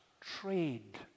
trade